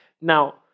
Now